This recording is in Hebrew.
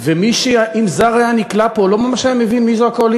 אם זר היה נקלע לפה הוא לא ממש היה מבין מי בקואליציה,